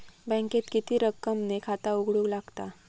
बँकेत किती रक्कम ने खाता उघडूक लागता?